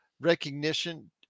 recognition